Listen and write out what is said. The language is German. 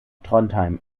trondheim